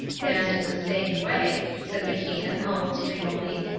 and in the same way, said macian almost dreamily,